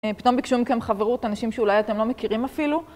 פתאום ביקשו מכם חברות, אנשים שאולי אתם לא מכירים אפילו.